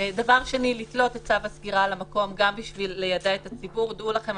דבר שני לתלות את צו הסגירה במקום גם בשביל לידע את הציבור "דעו לכם,